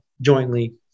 jointly